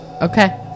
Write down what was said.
Okay